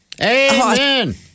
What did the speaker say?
Amen